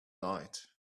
night